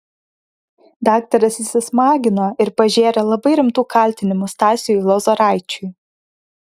daktaras įsismagino ir pažėrė labai rimtų kaltinimų stasiui lozoraičiui